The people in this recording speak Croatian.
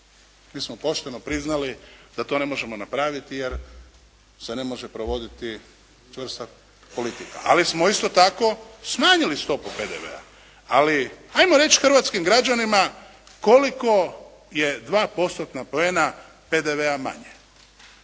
Mi smo pošteno priznali da to ne možemo napraviti, jer se ne može provoditi čvrsta politika. Ali smo isto tako smanjili stopu PDV-a. Ali, hajmo reći hrvatskim građanima koliko je dva postotna poena PDV-a manje.